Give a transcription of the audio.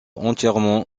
entièrement